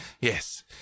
Yes